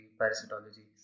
parasitology